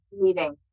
meeting